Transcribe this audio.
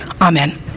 Amen